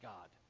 God